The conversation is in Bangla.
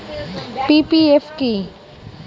পি.পি.এফ কি?